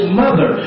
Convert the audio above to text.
mother